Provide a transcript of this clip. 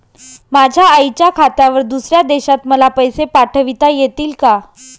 माझ्या आईच्या खात्यावर दुसऱ्या देशात मला पैसे पाठविता येतील का?